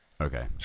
Okay